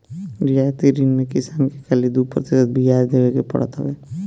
रियायती ऋण में किसान के खाली दू प्रतिशत बियाज देवे के पड़त हवे